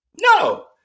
No